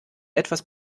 etwas